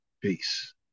Peace